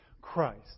Christ